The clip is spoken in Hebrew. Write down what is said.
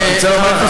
אבל אני רוצה לומר לך,